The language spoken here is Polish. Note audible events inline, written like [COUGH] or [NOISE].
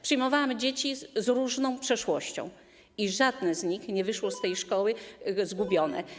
Przyjmowałam dzieci z różną przeszłością i żadne z nich nie wyszło [NOISE] z tej szkoły zgubione.